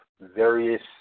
various